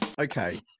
Okay